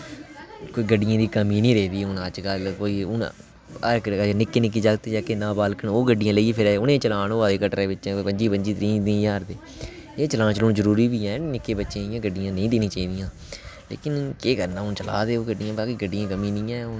कोई गड्डियें दी कमी निं रेही दी हून अजकल कोई हून निक्के निक्के जागत् जेह्के नाबालिग ओह् गड्डियां लेइयै फिरै दे उ'नें ई चालान होआ दे कटरै बिचें पंजी पंजी त्रीह् त्रीह् ज्हार रपेऽ एह् चालान जरूरी बी हैन निक्के बच्चें ई इ'यां गड्डियां नेईं देना चाहिदियां लेकिन केह् करना चला दे न ओह् गड्डियां गड्डियें दी कमी निं ऐ